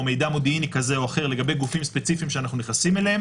מידע מודיעיני כזה או אחר לגבי גופים ספציפיים שאנחנו נכנסים אליהם